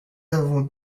avons